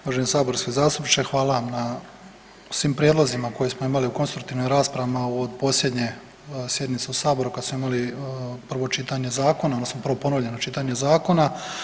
Uvaženi saborski zastupniče, hvala vam na svim prijedlozima koje smo imali u konstruktivnim raspravama od posljednje sjednice u Saboru kada smo imali prvo čitanje zakona odnosno prvo ponovljeno čitanje zakona.